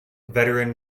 veteran